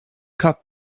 cut